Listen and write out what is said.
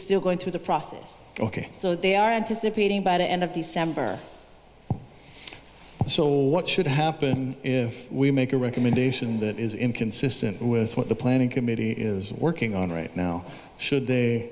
still going through the process ok so they are anticipating by the end of the september so what should happen if we make a recommendation that is inconsistent with what the planning committee is working on right now should they